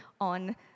on